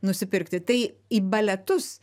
nusipirkti tai į baletus